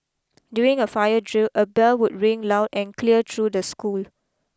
during a fire drill a bell would ring loud and clear through the school